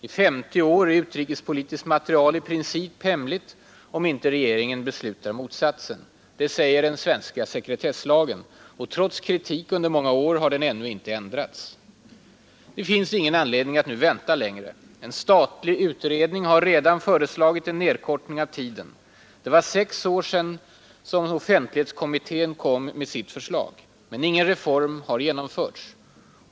I 50 år är utrikespolitiskt material i princip hemligt om inte regeringen beslutar motsatsen. Det säger den svenska sekretesslagen. Trots kritik under många år har den ännu int drats. Det finns ingen anledning att nu vänta längre. En statlig utredning har redan föreslagit en nedkortning av tiden. Det var sex år sedan som offentlighetskommittén kom med sitt förslag. Men ingen reform har genomförts.